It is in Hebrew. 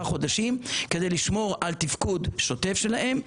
חודשים כדי לשמור על תפקוד שוטף שלהן,